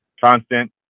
constant